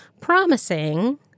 promising